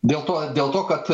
dėl to dėl to kad